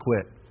quit